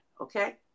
okay